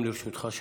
גם לרשותך שלוש